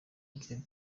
byari